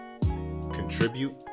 contribute